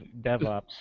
DevOps